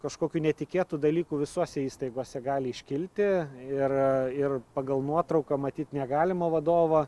kažkokių netikėtų dalykų visose įstaigose gali iškilti ir ir pagal nuotrauką matyt negalima vadovo